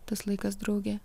tas laikas drauge